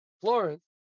Florence